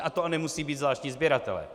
A to nemusí být zvláštní sběratelé.